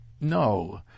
no